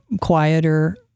quieter